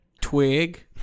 Twig